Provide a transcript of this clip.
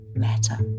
matter